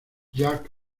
jack